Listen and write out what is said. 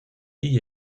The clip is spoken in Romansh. igl